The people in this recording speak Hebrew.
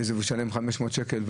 ועל זה שילמו 500 שקל.